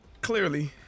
clearly